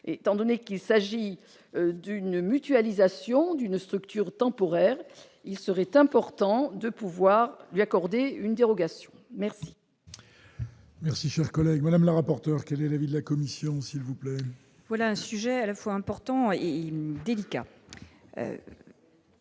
étant donné qu'il s'agit d'une mutualisation d'une structure temporaire, il serait important de pouvoir lui accorder une dérogation merci. Merci, cher collègue Madame la rapporteure, quel est l'avis de la commission s'il vous plaît. Voilà un sujet à la fois important il est délicat